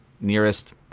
nearest